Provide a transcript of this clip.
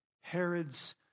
Herod's